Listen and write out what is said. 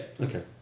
Okay